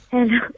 Hello